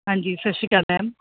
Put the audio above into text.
ਹਾਂਜੀ ਸਤਿ ਸ਼੍ਰੀ ਅਕਾਲ ਮੈਮ